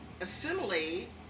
assimilate